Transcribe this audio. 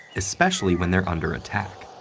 especially when they're under attack.